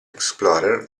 explorer